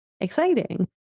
exciting